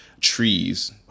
trees